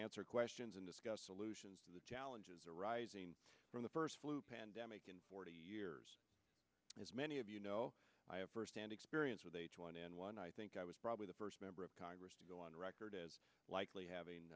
answer questions and discuss solutions to the challenges arising from the first flu pandemic in forty years as many of you know i have first hand experience with h one n one i think i was probably the first member of congress to go on record as likely